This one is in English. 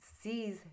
sees